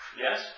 Yes